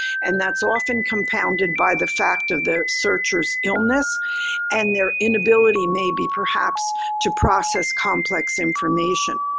and that's so often compounded by the fact of the searcher's illness and their inability maybe perhaps to process complex information.